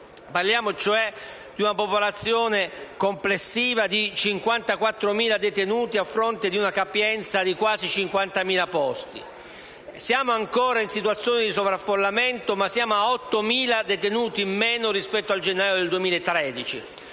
Parliamo, cioè, di una popolazione complessiva di 54.000 detenuti, a fronte di una capienza di quasi 50.000 posti. Siamo ancora in una situazione di sovraffollamento, ma abbiamo 8.000 detenuti in meno rispetto al gennaio del 2013.